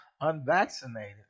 unvaccinated